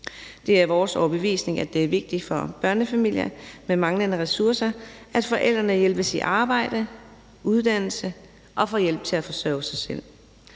Det er vores overbevisning, at det er vigtigt for børnefamilier med manglende ressourcer, at forældrene hjælpes i arbejde eller uddannelse og får hjælp til at forsørge sig selv.